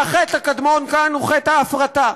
והחטא הקדמון כאן הוא חטא ההפרטה.